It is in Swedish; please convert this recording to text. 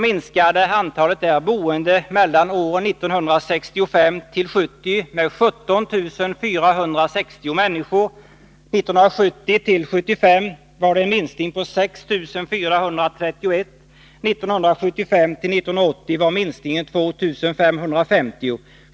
Antalet boende där minskade 1965-1970 med 17 460 människor. 1970-1974 skedde en minskning med 6 431 och 1975-1980 en minskning med 2 550.